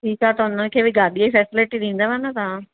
ठीकु आहे त हुनखे बि गाडीअ सैपरेट ई ॾींदव न तव्हां